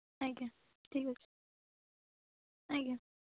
ଆଜ୍ଞା ଠିକ୍ ଅଛି ଆଜ୍ଞା